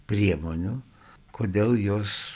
priemonių kodėl jos